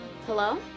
hello